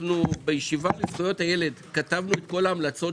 בישיבה לזכויות הילד כתבנו את כל ההמלצות